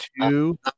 two